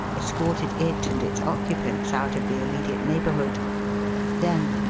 escorted it and its occupants out of the immediate neighbourhood then,